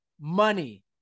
money